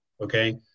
okay